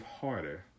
harder